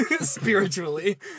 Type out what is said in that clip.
spiritually